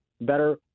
better